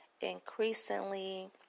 increasingly